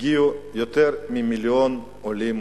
בשנות ה-90, הגיעו יותר ממיליון עולים,